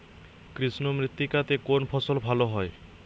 কৃষ্ণ মৃত্তিকা তে কোন ফসল ভালো হয়?